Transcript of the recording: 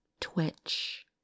Twitch